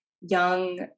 young